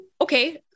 okay